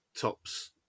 tops